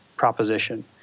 proposition